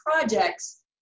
projects